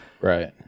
Right